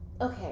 Okay